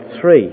three